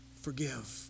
Forgive